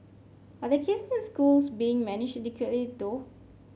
are the case in schools being managed adequately though